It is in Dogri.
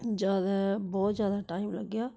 ज्यादा बोह्त ज्यादा टाइम लग्गेआ